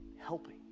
helping